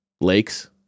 lakes